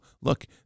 look